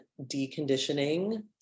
deconditioning